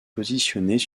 positionnés